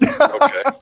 Okay